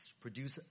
produce